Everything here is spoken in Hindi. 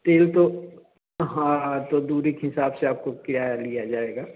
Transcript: तेल तो हाँ तो दूरी के हिसाब से आपको किराया लिया जाएगा